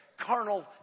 carnal